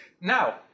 Now